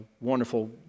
wonderful